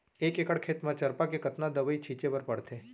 एक एकड़ खेत म चरपा के कतना दवई छिंचे बर पड़थे?